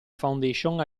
foundation